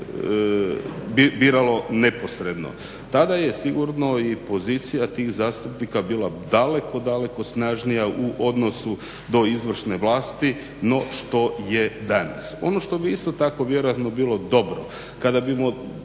Tada je sigurno i pozicija tih zastupnika bila daleko, daleko snažnija u odnosu do izvršne vlasti no što je danas Ono što bi isto tako vjerojatno bilo dobro kada bimo